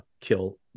kill